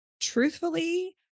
truthfully